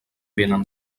vénen